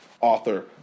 author